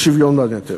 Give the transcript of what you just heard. לשוויון בנטל.